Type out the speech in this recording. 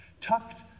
Tucked